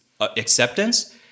acceptance